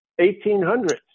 1800s